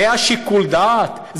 זה שיקול הדעת?